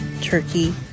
Turkey